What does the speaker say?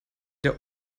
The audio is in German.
der